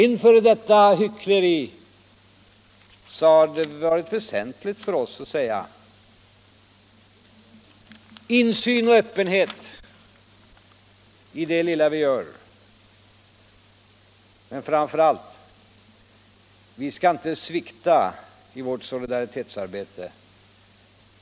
Inför detta hyckleri har det varit väsentligt för oss att säga: Gärna insyn och öppenhet i det lilla vi gör, men framför allt — vi skall inte svikta i vårt solidaritetsarbete.